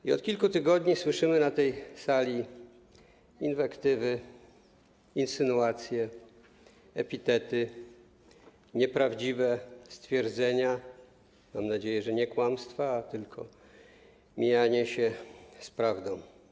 I od kilku tygodni słyszymy na tej sali inwektywy, insynuacje, epitety, nieprawdziwe stwierdzenia, mam nadzieję, że nie kłamstwa, a tylko mijanie się z prawdą.